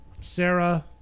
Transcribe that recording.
Sarah